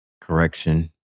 correction